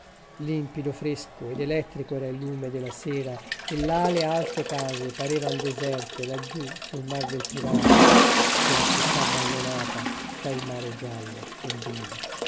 limpido fresco ed elettrico era il lume della sera e là le alte case parevan deserte laggiù sul mar del pirata de la città abbandonata canti orfici dino campana tra il mare giallo e le dune